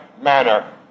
manner